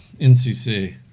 NCC